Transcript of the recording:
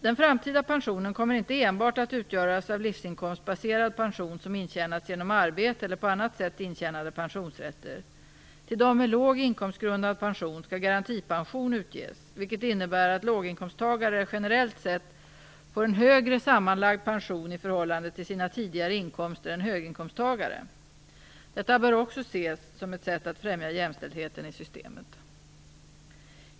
Den framtida pensionen kommer inte enbart att utgöras av livsinkomstbaserad pension som intjänats genom arbete eller på annat sätt intjänade pensionsrätter. Till dem med låg inkomstgrundad pension skall garantipension utges, vilket innebär att låginkomsttagare generellt sett får en högre sammanlagd pension i förhållande till sina tidigare inkomster än höginkomsttagare. Detta bör också ses som ett sätt att främja jämställdheten i systemet.